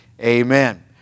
amen